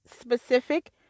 specific